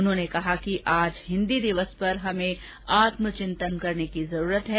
उन्होंने कहा कि आज हिन्दी दिवस पर हमें आत्म चिंतन की जरूरत है